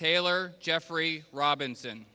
taylor jeffrey robinson